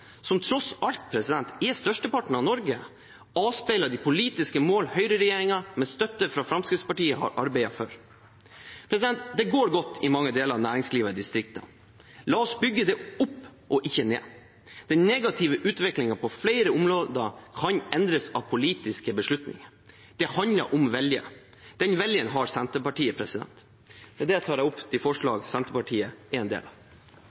som tross alt er størsteparten av Norge, avspeiler det politiske mål høyreregjeringen med støtte fra Fremskrittspartiet har arbeidet for. Det går godt i mange deler av næringslivet i distriktene. La oss bygge det opp og ikke ned. Den negative utviklingen på flere områder kan endres av politiske beslutninger. Det handler om vilje. Den viljen har Senterpartiet. Med dette tar jeg opp